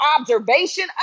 observation